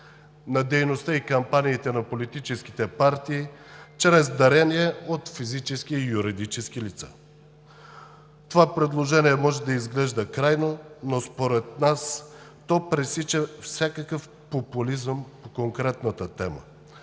на дейността и кампаниите на политическите партии чрез дарения от физически и юридически лица. Това предложение може да изглежда крайно, но според нас то пресича всякакъв популизъм по конкретната тема.